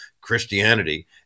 Christianity